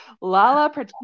Lala